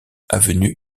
avenue